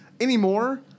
anymore